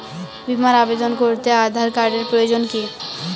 বিমার আবেদন করতে আধার কার্ডের প্রয়োজন কি?